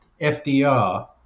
FDR